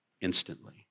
instantly